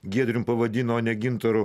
giedrium pavadino o ne gintaru